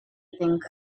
think